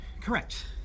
Correct